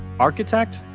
architect,